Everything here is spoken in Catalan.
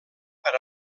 per